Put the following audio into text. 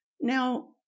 Now